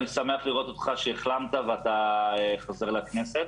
אני שמח לראות אותך שהחלמת ואתה חוזר לכנסת.